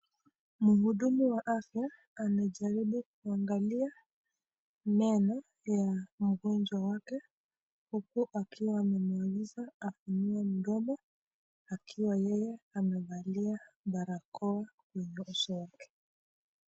Muhudumu wa afya amejaribu kuangalia meno ya mgonjwa wake huku akiwa amemuuliza afungue mdomo akiwa yeye amevalia barakoa kwenye uso wake.